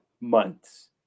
months